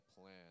plan